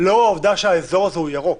לאור העובדה שהאזור הוא ירוק,